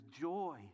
joy